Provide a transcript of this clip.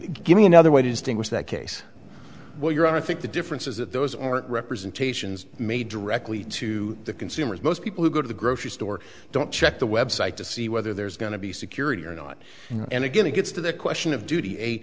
give you another way to distinguish that case while you're on i think the difference is that those aren't representations made directly to the consumers most people who go to the grocery store don't check the website to see whether there's going to be security or not and again it gets to the question of duty a